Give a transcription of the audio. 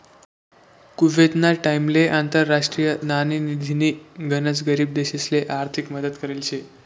कुवेतना टाइमले आंतरराष्ट्रीय नाणेनिधीनी गनच गरीब देशसले आर्थिक मदत करेल शे